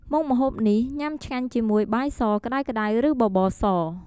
មុខម្ហូបនេះ ញុំាឆ្ងាញ់ជាមួយបាយសក្តៅៗ ឬបបរស។